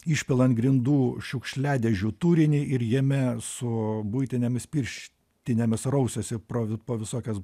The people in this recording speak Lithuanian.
išpila ant grindų šiukšliadėžių turinį ir jame su buitinėmis pirš tinėmis rausiasi pro po visokias